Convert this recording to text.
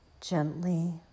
Gently